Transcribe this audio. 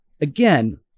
again